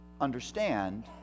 understand